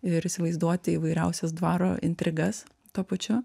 ir įsivaizduoti įvairiausias dvaro intrigas tuo pačiu